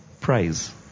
prize